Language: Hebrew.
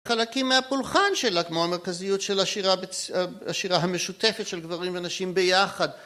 חלקים מהפולחן שלה כמו המרכזיות של השירה המשותפת של גברים ונשים ביחד